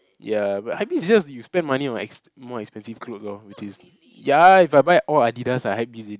ya but hypebeast is just you spend money on ex~ more expensive clothes lor which is ya if I buy all Addidas I hypebeast already